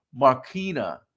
Marquina